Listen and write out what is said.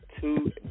two